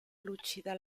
lucida